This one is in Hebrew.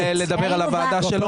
יש עוד מישהו שרוצה לדבר על הוועדה שלו?